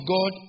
God